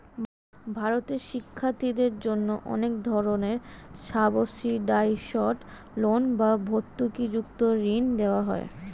ভারতে শিক্ষার্থীদের জন্য অনেক ধরনের সাবসিডাইসড লোন বা ভর্তুকিযুক্ত ঋণ দেওয়া হয়